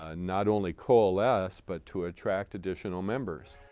ah not only coalesce, but to attract additional members.